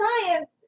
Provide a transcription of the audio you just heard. Science